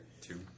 Two